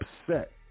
upset